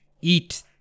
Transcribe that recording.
eat